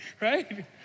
Right